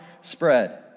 spread